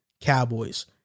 Cowboys